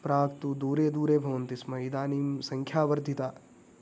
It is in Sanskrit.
प्राक्तु दूरे दूरे भवन्ति स्म इदानीं सङ्ख्या वर्धिता